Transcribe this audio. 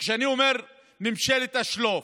וכשאני אומר ממשלת השלוף,